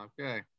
Okay